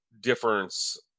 difference